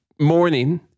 morning